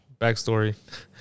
backstory